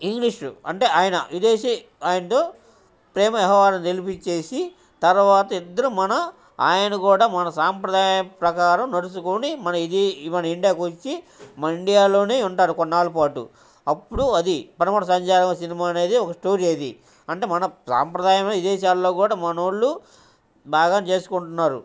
English అంటే ఆయన విదేశీ ఆయనతో ప్రేమ వ్యవహారంను నిడిపించేసి తరువాత ఇద్దరు మన ఆయన కూడా మన సాంప్రదాయ ప్రకారం నడుసుకొని మన ఇది మన ఇండియాకిచ్చి మన ఇండియాలోనే ఉంటడు కొన్నాళ్ళ పాటు అప్పుడు అది పడమటి సంధ్యా రాగం సినిమా అనేది ఒక స్టోరీ అది అంటే మన సాంప్రదాయం విదేశాల్లో కూడా మనోళ్ళు బాగా చేసుకుంటున్నారు